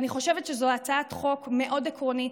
אני חושבת שזו הצעת חוק מאוד עקרונית,